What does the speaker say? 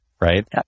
right